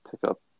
pickup